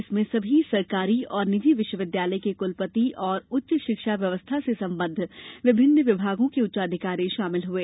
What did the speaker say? इसमें सभी सरकारी और निजी विश्वविद्यालय के कुलपति और उच्च शिक्षा व्यवस्था से सम्बद्ध विभिन्न विभागों के उच्चाधिकारी शामिल हुए